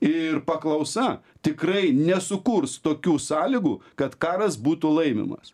ir paklausa tikrai nesukurs tokių sąlygų kad karas būtų laimimas